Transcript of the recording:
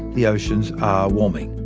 the oceans are warming.